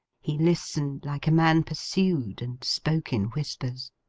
he listened like a man pursued and spoke in whispers.